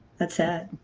that's it.